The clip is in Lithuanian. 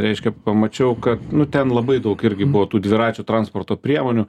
reiškia pamačiau kad nu ten labai daug irgi buvo tų dviračių transporto priemonių